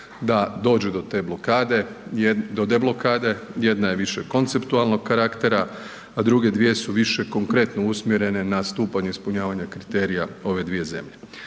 blokade, do deblokade, jedna je više konceptualnog karaktera, a druge dvije su više konkretno usmjerene na stupanj ispunjavanja kriterija ove dvije zemlje.